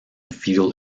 fetal